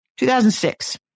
2006